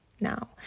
now